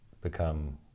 become